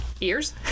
Ears